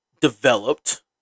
developed